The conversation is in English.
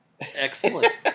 Excellent